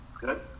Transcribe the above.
good